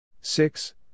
six